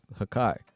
Hakai